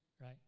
right